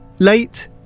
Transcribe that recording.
Late